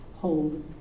hold